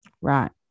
Right